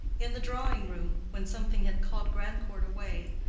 in the drawing-room, when something had called grandcourt away,